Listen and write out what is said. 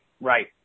Right